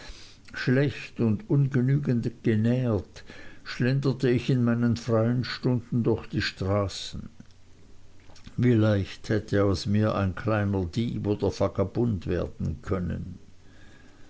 schlecht und ungenügend genährt schlenderte ich in meinen freien stunden durch die straßen wie leicht hätte aus mir ein kleiner dieb oder vagabund werden können